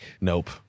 nope